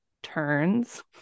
turns